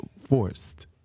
forced